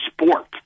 sport